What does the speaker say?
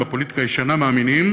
ובפוליטיקה הישנה מאמינים